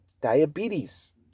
Diabetes